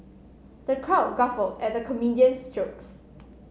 the crowd guffawed at the comedian's jokes